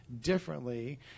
differently